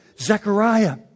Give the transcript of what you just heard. Zechariah